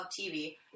TV